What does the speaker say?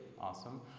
Awesome